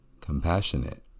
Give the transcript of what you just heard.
compassionate